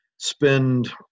spend